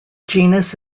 genus